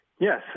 Yes